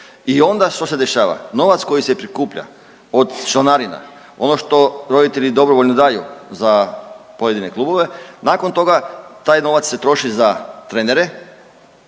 I onda što se dešava? Novac koji se prikuplja od članarina, ono što roditelji dobrovoljno daju za pojedine klubove nakon toga taj novac se troši za trenere